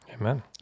Amen